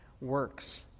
works